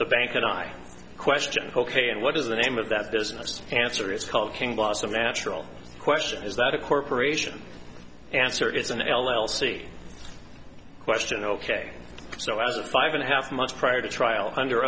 the bank and i question ok and what is the name of that business answer it's called king boss of natural question is that a corporation answer it is an l l c question ok so as a five and a half months prior to